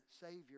Savior